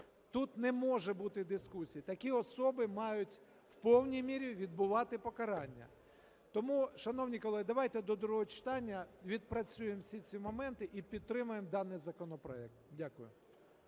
тут не може бути дискусій. Такі особи мають в повній мірі відбувати покарання. Тому, шановні колеги, давайте до другого читання відпрацюємо всі ці моменти і підтримаємо даний законопроект. Дякую.